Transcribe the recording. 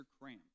Cram